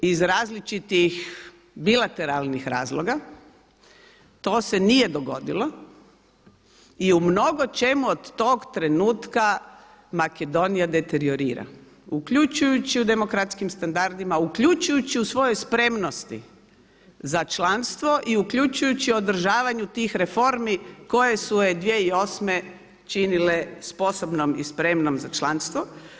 Iz različitih bilateralnih razloga to se nije dogodilo i u mnogočemu od trenutka Makedonija deteriorira, uključujući u demokratskim standardima, uključujući u svojoj spremnosti za članstvo i uključujući u održavanju tih reformi koje su je 2008. činile sposobnom i spremnom za članstvo.